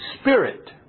spirit